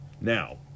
Now